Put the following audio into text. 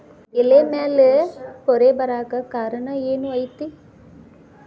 ಎಲೆ ಮ್ಯಾಲ್ ಪೊರೆ ಬರಾಕ್ ಕಾರಣ ಏನು ಐತಿ?